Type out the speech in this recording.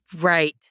Right